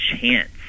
chance